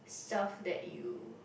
self that you